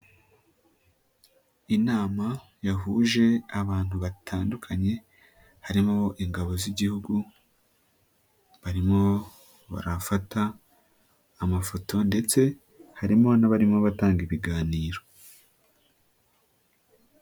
Inama yahuje abantu batandukanye harimo; ingabo z'igihugu, barimo barafata amafoto ndetse harimo n'abarimo batanga ibiganiro.